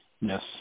Yes